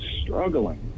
struggling